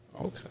Okay